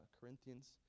Corinthians